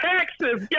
Texas